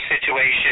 situation